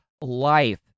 life